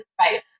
Right